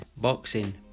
boxing